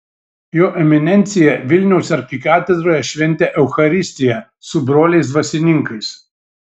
jo eminencija vilniaus arkikatedroje šventė eucharistiją su broliais dvasininkais